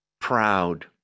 proud